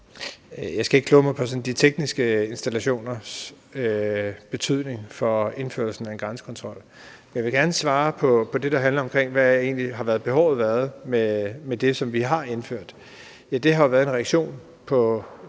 Jeg skal ikke kloge mig på sådan de tekniske installationers betydning for indførelsen af en grænsekontrol. Men jeg vil gerne svare på det, der handler om, hvad behovet egentlig har været for det, som vi har indført. Det har jo været en reaktion på